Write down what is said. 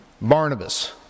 Barnabas